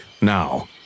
now